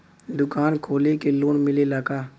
दुकान खोले के लोन मिलेला का?